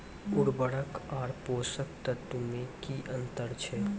उर्वरक आर पोसक तत्व मे की अन्तर छै?